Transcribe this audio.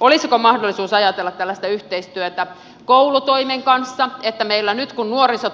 olisiko mahdollisuus ajatella tällaista yhteistyötä koulutoimen kanssa että meillä nyt kun nuorison